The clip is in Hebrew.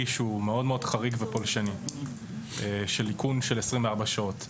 שהוא מאוד מאוד חריג ופולשני של איכון של 24 שעות.